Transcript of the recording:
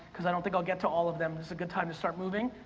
cause i don't think i'll get to all of them, it's a good time to start moving.